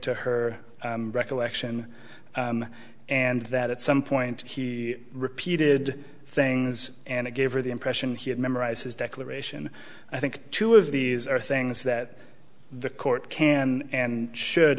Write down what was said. to her recollection and that at some point he repeated things and it gave her the impression he had memorized his declaration i think two of these are things that the court can and should